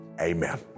Amen